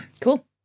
cool